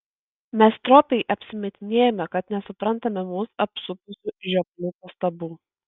mes stropiai apsimetinėjome kad nesuprantame mus apsupusių žioplių pastabų